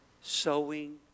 sowing